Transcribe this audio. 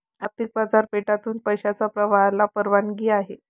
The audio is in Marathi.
आर्थिक बाजारपेठेतून पैशाच्या प्रवाहाला परवानगी आहे